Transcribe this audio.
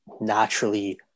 naturally